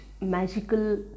magical